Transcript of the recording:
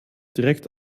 direkt